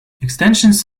extensions